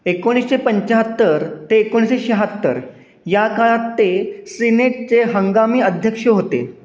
एकोणीसशे पंच्याहत्तर ते एकोणीसशे शहात्तर या काळात ते सीनेटचे हंगामी अध्यक्ष होते